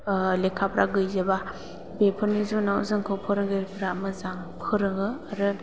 लेखाफ्रा गैजोबा बेफोरनि जुनाव जोंखौ फोरोंगिरिफोरा मोजां फोरोङो आरो